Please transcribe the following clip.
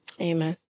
Amen